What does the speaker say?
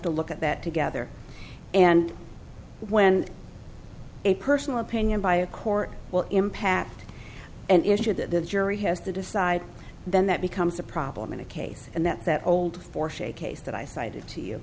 to look at that together and when a personal opinion by a court will impact and issue that the jury has to decide then that becomes a problem in a case and that that old four shake case that i cited to you